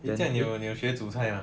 这样你有你有学煮菜 ah